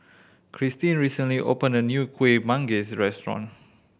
Cristin recently opened a new Kueh Manggis restaurant